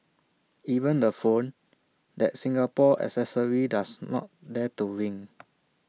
even the phone that Singapore accessory does not dare to ring